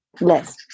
Yes